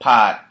Pod